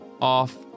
off